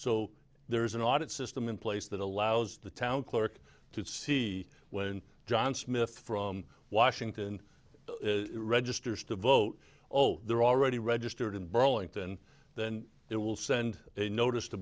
so there is an audit system in place that allows the town clerk to see when john smith from washington registers to vote oh they're already registered in burlington then it will send a notice